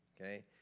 okay